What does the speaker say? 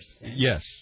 Yes